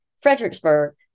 Fredericksburg